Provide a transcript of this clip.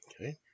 Okay